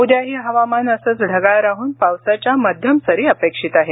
उद्याही हवामान असंच ढगाळ राहून पावसाच्या मध्यम सरी अपेक्षित आहेत